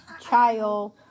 child